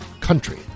country